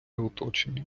оточення